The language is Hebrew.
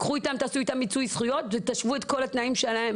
תיקחו אותם ותעשו איתם מיצוי זכויות ותשוו את כל התנאים שלהם,